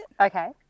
Okay